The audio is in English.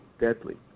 deadly